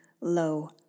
low